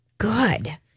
Good